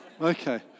Okay